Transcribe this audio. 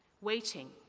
waiting